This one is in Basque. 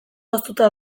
hoztuta